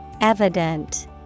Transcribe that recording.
Evident